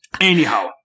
Anyhow